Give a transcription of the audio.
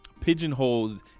pigeonholed